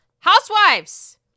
Housewives